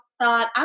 thought